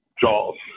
JAWS